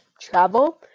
Travel